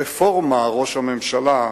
רפורמה, ראש הממשלה,